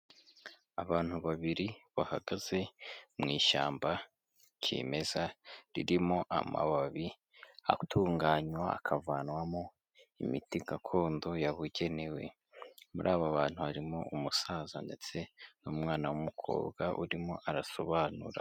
Abantu babiri bahagaze mu ishyamba kimeza ririmo amababi atunganywa akavanwamo imiti gakondo yabugenewe, muri abo bantu harimo umusaza ndetse n'umwana w'umukobwa urimo arasobanura.